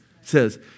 says